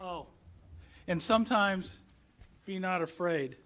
oh and sometimes if you're not afraid